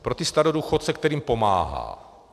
Pro ty starodůchodce, kterým pomáhá.